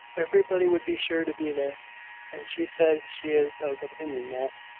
everybody would be sure to be there and she says she is of opinion that,